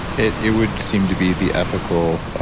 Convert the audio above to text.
it it would seem to be the ethical,